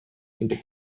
into